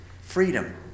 Freedom